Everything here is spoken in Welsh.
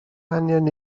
angen